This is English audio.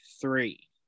three